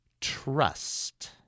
Trust